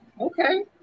Okay